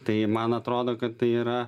tai man atrodo kad tai yra